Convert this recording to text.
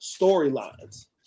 storylines